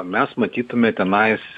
mes matytume tenais